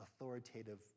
authoritative